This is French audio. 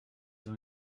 ont